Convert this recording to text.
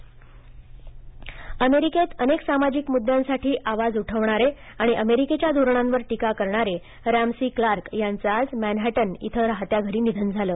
Ramsey Clark निधन अमेरिकेत अनेक सामाजिक मुद्यांसाठी आवाज उठवणारे आणि अमेरिकेच्या धोरणांवर टिका करणारे रॅमसी क्लार्क यांचं आज मॅनहॅटन इथं राहत्या घरी निधन झालं